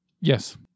Yes